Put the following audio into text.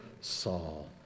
Saul